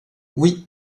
oui